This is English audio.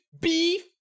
beef